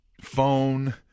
phone